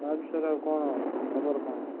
ତା'ବିଷୟରେ ଆଉ କ'ଣ ଖବର କ'ଣ